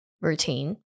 routine